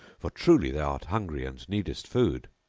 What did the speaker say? for truly thou art hungry and needest food.